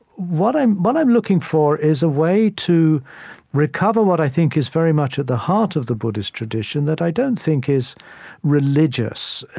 what i'm but i'm looking for is a way to recover what i think is very much at the heart of the buddhist tradition that i don't think is religious,